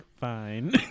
fine